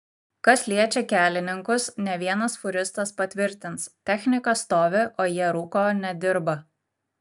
kas liečia kelininkus ne vienas fūristas patvirtins technika stovi o jie rūko nedirba